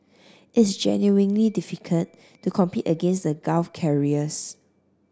it's genuinely difficult to compete against the Gulf carriers